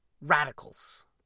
radicals